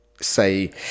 say